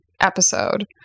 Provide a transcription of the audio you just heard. episode